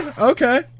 okay